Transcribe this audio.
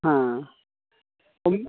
हाँ